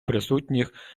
присутніх